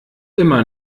immer